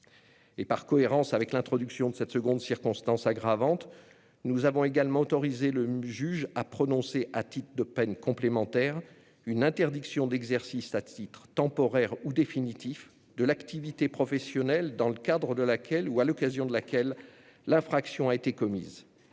par cohérence avec l'introduction de cette seconde circonstance aggravante, nous avons également autorisé le juge à prononcer, à titre de peine complémentaire, une interdiction d'exercice à titre temporaire ou définitif de l'activité professionnelle dans le cadre de laquelle, ou à l'occasion de laquelle, l'infraction a été commise.